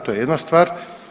To je jedna stvar.